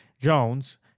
Jones